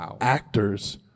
actors